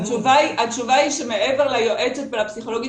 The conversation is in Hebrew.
התשובה היא שמעבר ליועצת ולפסיכולוגית